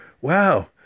wow